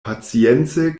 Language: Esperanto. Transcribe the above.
pacience